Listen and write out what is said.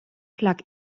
plug